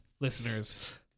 listeners